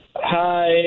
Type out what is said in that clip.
Hi